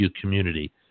community